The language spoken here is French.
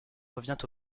revient